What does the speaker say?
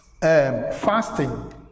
fasting